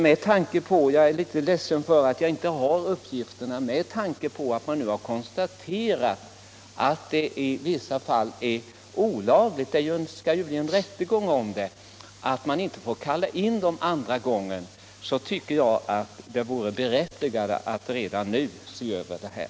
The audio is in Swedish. Med tanke på att det i vissa fall — jag är ledsen över att jag inte har några uppgifter här — visat sig vara olagligt att kalla in dessa värnpliktiga en andra gång, tycker jag att det vore berättigat att redan nu se över denna sak.